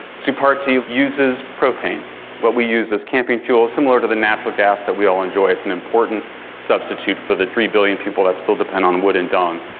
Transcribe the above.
supartie uses propane what we use as camping fuel, similar to natural gas that we all enjoy it's an important substitute for the three billion people that still depend on wood and dung.